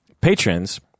patrons